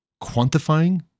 quantifying